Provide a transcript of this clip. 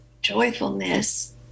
joyfulness